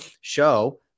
show